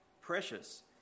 precious